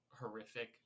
horrific